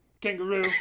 Kangaroo